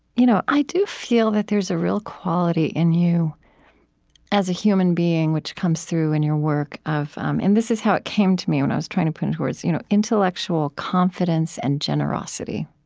you know i do feel that there's a real quality in you as a human being which comes through in your work of um and this is how it came to me when i was trying to put it into words you know intellectual confidence and generosity